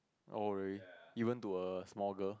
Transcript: oh really even to a small girl